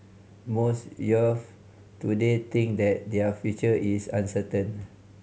most youths today think that their future is uncertain